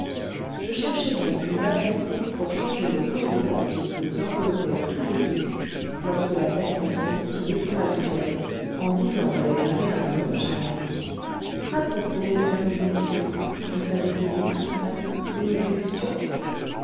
je cherchais donc une banalité pour changer le cours des pensées qui nous enveloppaient tous les deux lorsque la belle antonie se détourna du piano en disant avec un air de nonchalance à propos mesdames et messieurs vous savez qu'il y a ce matin une exécution